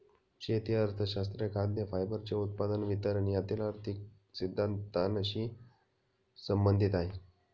शेती अर्थशास्त्र खाद्य, फायबरचे उत्पादन, वितरण यातील आर्थिक सिद्धांतानशी संबंधित आहे